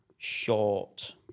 short